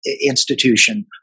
institution